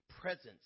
presence